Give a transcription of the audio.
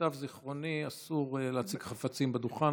למיטב זיכרוני אסור להציג חפצים על דוכן,